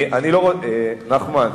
נחמן,